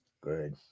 Good